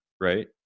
right